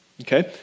Okay